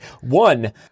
One